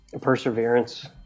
perseverance